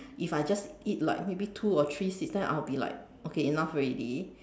if I just eat like maybe two or three seeds then I will be like okay enough already